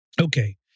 Okay